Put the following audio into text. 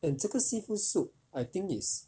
and 这个 seafood soup I think is